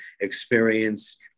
experience